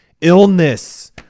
illness